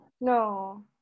No